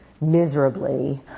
miserably